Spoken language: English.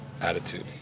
attitude